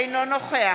אינו נוכח